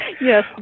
Yes